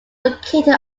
located